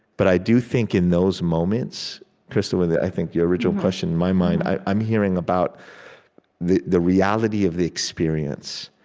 but i do think, in those moments krista, with, i think the original question in my mind, i'm hearing about the the reality of the experience.